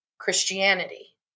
Christianity